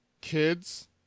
Kids